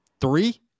three